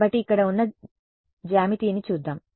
కాబట్టి ఇక్కడ ఉన్న జ్యామితిని చూద్దాం